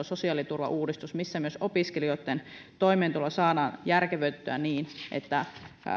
sosiaaliturvauudistus missä myös opiskelijoitten toimeentulo saadaan järkevöitettyä niin että